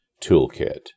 toolkit